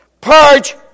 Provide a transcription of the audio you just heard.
Purge